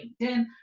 LinkedIn